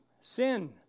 sin